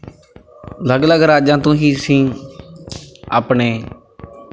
ਅਲੱਗ ਅਲੱਗ ਰਾਜਾਂ ਤੋਂ ਹੀ ਅਸੀਂ ਆਪਣੇ